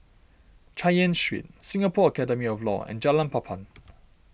Chay Yan Street Singapore Academy of Law and Jalan Papan